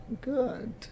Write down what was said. Good